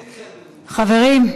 חברים,